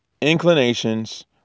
inclinations